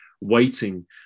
waiting